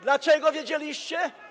Dlaczego wiedzieliście?